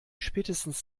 spätestens